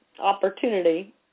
opportunity